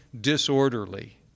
disorderly